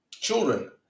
children